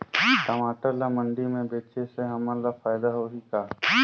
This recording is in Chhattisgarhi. टमाटर ला मंडी मे बेचे से हमन ला फायदा होही का?